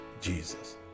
Jesus